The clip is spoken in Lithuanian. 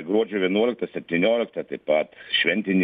gruodžio vienuoliktą septynioliktą taip pat šventinį